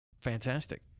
Fantastic